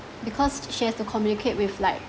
because she has to communicate with like